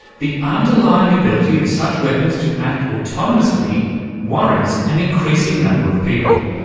the underlying ability of such weapons to act autonomously worries an increasing number of people.